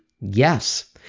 yes